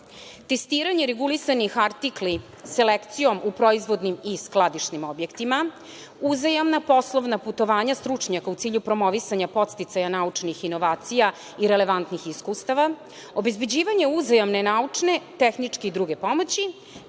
testiranje regulisanih artikala selekcijom u proizvodnim i skladišnim objektima, uzajamna poslovna putovanja stručnjaka u cilju promovisanja podsticaja naučnih inovacija i relevantnih iskustava, obezbeđivanje uzajamne naučne, tehničke i druge pomoći,